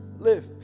live